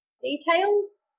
details